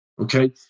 okay